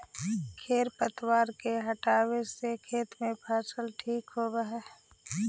खेर पतवार के हटावे से खेत में फसल ठीक होबऽ हई